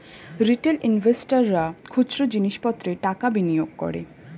retail ইনভেস্টর্সরা খুচরো জিনিস পত্রে টাকা বিনিয়োগ করে